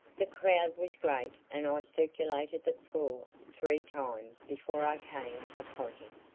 the crowd was great and i circulated the floor three times before i came upon him.